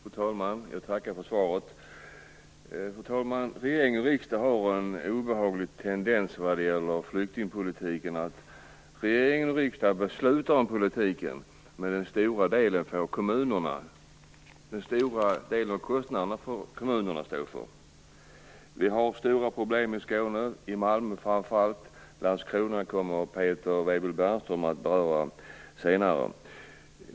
Fru talman! Jag tackar för svaret. Regering och riksdag har en obehaglig tendens vad gäller flyktingpolitiken att besluta om politiken, men den stora delen av kostnaderna får kommunerna stå för. Vi har stora problem i Skåne, framför allt i Malmö. Problemen i Landskrona kommer Peter Weibull Bernström att beröra senare.